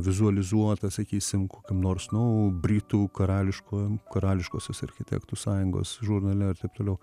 vizualizuotą sakysim kokį nors nu britų karališkojo karališkosios architektų sąjungos žurnale ir taip toliau